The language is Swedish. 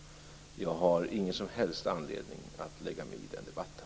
Jag har ingen som helst anledning att lägga mig i den debatten.